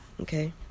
okay